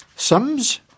Sums